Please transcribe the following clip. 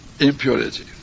Impurity